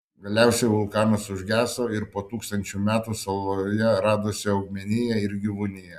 galiausiai vulkanas užgeso ir po tūkstančių metų saloje radosi augmenija ir gyvūnija